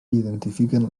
identifiquen